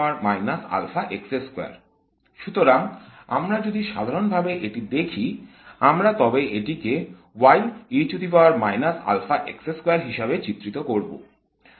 সুতরাং আমরা যদি সাধারণভাবে এটি দেখি আমরা তবে এটি কে হিসাবে চিত্রিত করব